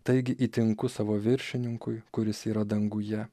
taigi įtinku savo viršininkui kuris yra danguje